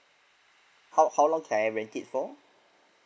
how how long can I rent it for